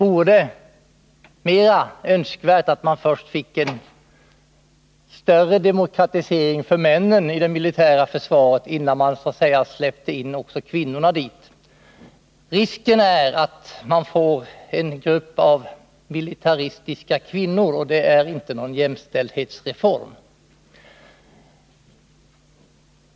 Därför vore det önskvärt att man först fick en större demokratisering för männen i det militära försvaret innan man släppte in också kvinnorna dit. Risken är att man får en grupp av militaristiska kvinnor, och det innebär inte någon jämställdhetsreform.